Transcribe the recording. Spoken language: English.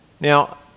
now